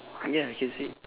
ya you can see